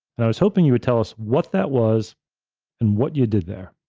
i was hoping you would tell us what that was and what you did there.